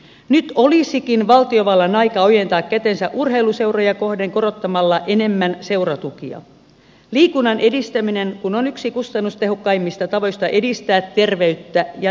nyt olisikin valtiovallan aika ojentaa kätensä urheiluseuroja kohden korottamalla enemmän seuratukia liikunnan edistäminen kun on yksi kustannustehokkaimmista tavoista edistää terveyttä ja työkykyä